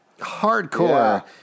hardcore